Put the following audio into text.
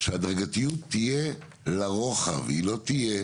שההדרגתיות תהיה לרוחב, היא לא תהיה